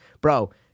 bro